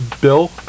Bill